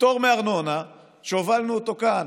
פטור מארנונה שהובלנו כאן